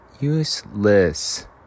useless